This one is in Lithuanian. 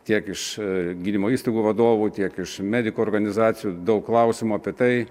tiek iš gydymo įstaigų vadovų tiek iš medikų organizacijų daug klausimų apie tai